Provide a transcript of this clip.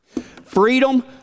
Freedom